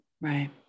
Right